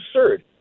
absurd